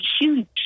huge